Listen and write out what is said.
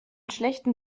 schlechten